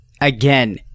again